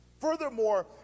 furthermore